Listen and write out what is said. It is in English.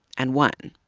and won.